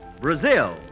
Brazil